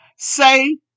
Say